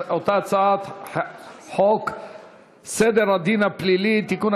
את אותה הצעת חוק סדר הדין הפלילי (תיקון,